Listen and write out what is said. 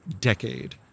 decade